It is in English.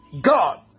God